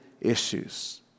issues